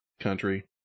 country